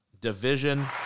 Division